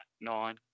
nine